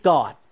God